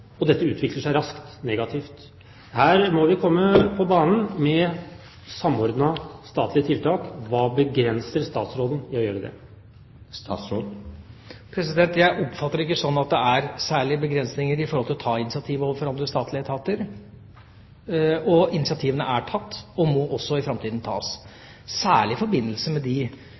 og dette utvikler seg raskt negativt. Her må vi komme på banen med samordnede statlige tiltak. Hva begrenser statsråden i å gjøre det? Jeg oppfatter det ikke slik at det er særlig begrensninger i å ta initiativ overfor andre statlige etater. Initiativene er tatt og må også i framtida tas, særlig i forbindelse med de